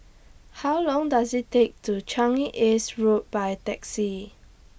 How Long Does IT Take to Changi East Road By Taxi